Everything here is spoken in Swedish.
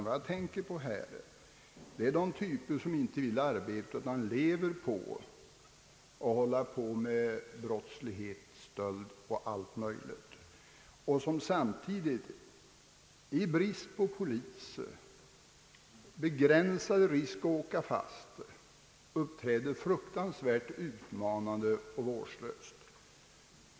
Vad jag tänker på är de typer som inte vill arbeta utan som lever på brottslighet och samtidigt på grund av polisbristen och den begränsade risken att åka fast kan uppträda fruktansvärt utmanande och vårdslöst.